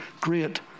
great